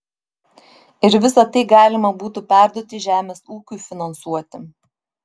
ir visa tai galima būtų perduoti žemės ūkiui finansuoti